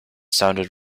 sounded